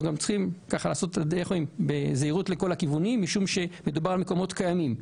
צריך לעשות את הדרך בזהירות לכל הכיוונים משום שמדובר על מקומות קיימים.